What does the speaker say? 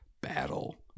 battle